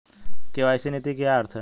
KYC नीति का क्या अर्थ है?